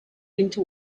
into